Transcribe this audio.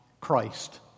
Christ